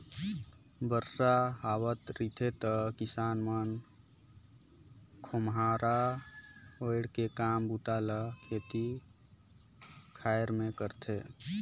बरसा हावत रिथे त किसान मन खोम्हरा ओएढ़ के काम बूता ल खेती खाएर मे करथे